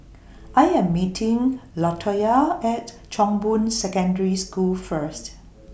I Am meeting Latoyia At Chong Boon Secondary School First